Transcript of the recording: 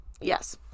yes